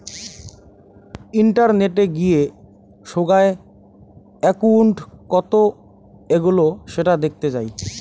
ইন্টারনেটে গিয়ে সোগায় একউন্ট কত এগোলো সেটা দেখতে যাই